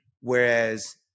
Whereas